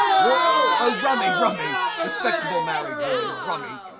wot! oh rummy, rummy! respectable married woman, rummy,